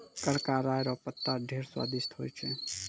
करका राय रो पत्ता ढेर स्वादिस्ट होय छै